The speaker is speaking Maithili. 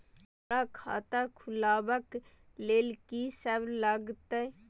हमरा खाता खुलाबक लेल की सब लागतै?